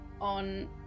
on